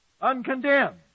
Uncondemned